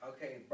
Okay